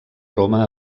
roma